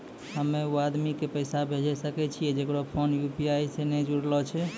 हम्मय उ आदमी के पैसा भेजै सकय छियै जेकरो फोन यु.पी.आई से नैय जूरलो छै?